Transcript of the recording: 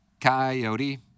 coyote